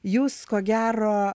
jūs ko gero